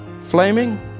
flaming